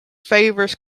favours